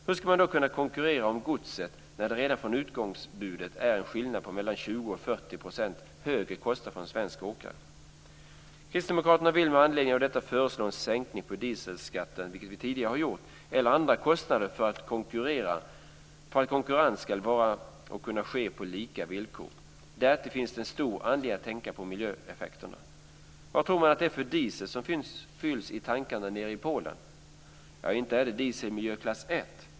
Hur ska man kunna konkurrera om godset när det redan från utgångsbudet finns en skillnad i form av 20-40 % högre kostnader för en svensk åkare? Kristdemokraterna vill med anledning av detta föreslå en sänkning av dieselskatten, vilket vi tidigare har gjort, eller andra kostnader för att konkurrens ska kunna ske på lika villkor. Därtill finns det stor anledning att tänka på miljöeffekterna. Vad tror man att det är för diesel som fylls i tankarna nere i Polen? Ja, inte är det diesel i miljöklass 1.